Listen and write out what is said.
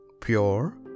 pure